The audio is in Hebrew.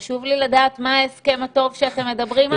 חשוב לי לדעת מה ההסכם הטוב שאתם מדברים עליו.